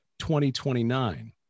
2029